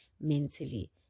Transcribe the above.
mentally